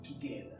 together